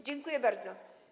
Dziękuję bardzo.